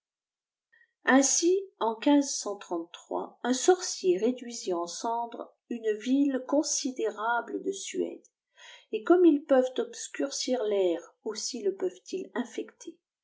ainsi en un sorcier réduisit en cendres une viue considérable de suède et comme ils peuvent obscurcir l'air aussi le peuvent-ils infecter